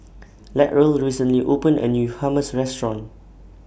Latrell recently opened A New Hummus Restaurant